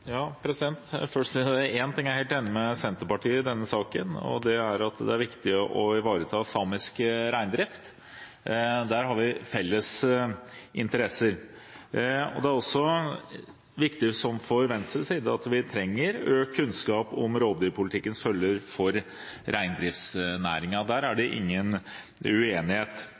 ting jeg er helt enig med Senterpartiet i i denne saken, og det er at det er viktig å ivareta samisk reindrift. Der har vi felles interesser. Det er også viktig for Venstre at vi får økt kunnskap om rovdyrpolitikkens følger for reindriftsnæringen. Der er det ingen uenighet.